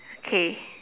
okay